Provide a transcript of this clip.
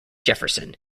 jefferson